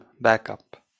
backup